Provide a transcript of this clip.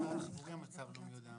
רוב הגופים הציבוריים לא עומדים ביעד.